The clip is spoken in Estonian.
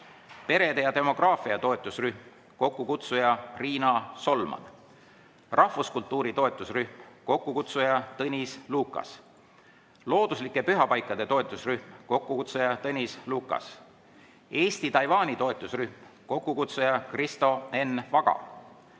perede ja demograafia toetusrühm, kokkukutsuja Riina Solman; rahvuskultuuri toetusrühm, kokkukutsuja Tõnis Lukas; looduslike pühapaikade toetusrühm, kokkukutsuja Tõnis Lukas; Eesti-Taiwani [sõprus]rühm, kokkukutsuja Kristo Enn Vaga;